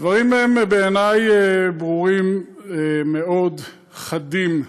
הדברים הם בעיני ברורים מאוד, חדים: